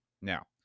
Now